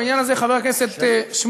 בעניין הזה חבר הכנסת שמולי,